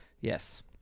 yes